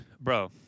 bro